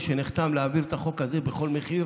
שנחתם להעביר את החוק הזה בכל מחיר